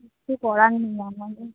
কিচ্ছু করার নেই আমাদের